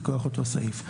מכוח אותו סעיף.